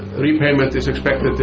repayment is expected